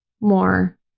more